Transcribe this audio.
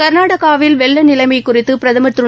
க்நாடகாவில் வெள்ள நிலைமை குறித்து பிரதம் திரு